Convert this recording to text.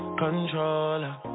controller